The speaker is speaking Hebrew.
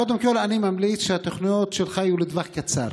קודם כול אני ממליץ שהתוכניות שלך יהיו לטווח קצר,